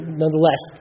nonetheless